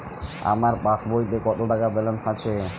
আমার পাসবইতে কত টাকা ব্যালান্স আছে?